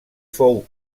fou